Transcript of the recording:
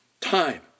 time